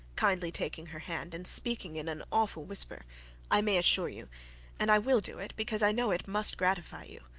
kindly taking her hand, and speaking in an awful whisper i may assure you and i will do it, because i know it must gratify you.